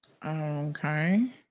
Okay